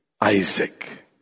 Isaac